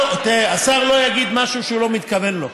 תראה, השר לא יגיד משהו שהוא לא מתכוון לו.